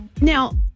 Now